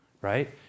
right